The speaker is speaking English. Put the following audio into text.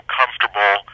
comfortable